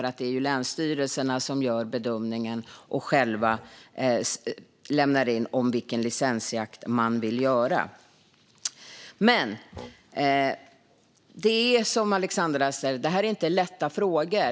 Det är nämligen länsstyrelserna som gör bedömningen och själva anger vilken licensjakt de vill ska göras. Det här är inte lätta frågor.